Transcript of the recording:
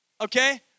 Okay